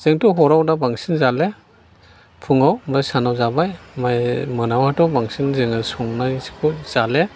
जोंथ' हराव दा बांसिन जाले फुङाव आमफ्राय सानाव जाबाय ओमफाय मोनायाव थ' बांसिन जोङो संनायखौ जाले